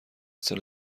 سال